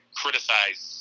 criticize